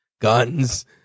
guns